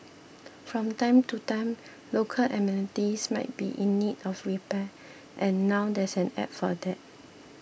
from time to time local amenities might be in need of repair and now there's an App for that